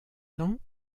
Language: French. temps